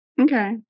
okay